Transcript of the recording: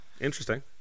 interesting